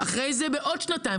אחרי זה בעוד שנתיים.